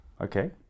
Okay